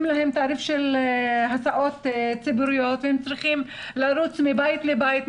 נותנים להם תעריף של הסעות ציבוריות והם צריכים לרוץ מבית לבית,